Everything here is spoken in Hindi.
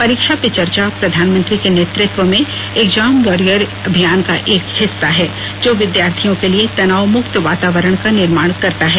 परीक्षा पे चर्चा प्रधानमंत्री के नेतृत्व में एग्जाम वॉरियर अभियान का एक हिस्सा है जो विद्यार्थियों के लिए तनावमुक्त वातावरण का निर्माण करता है